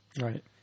Right